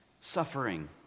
suffering